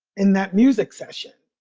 in that music session,